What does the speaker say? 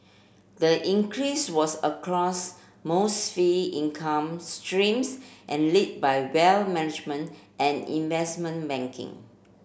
the increase was across most fee income streams and lead by well management and investment banking